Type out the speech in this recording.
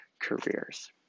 careers